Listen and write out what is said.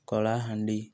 Kalahandi